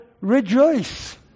rejoice